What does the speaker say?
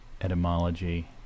Etymology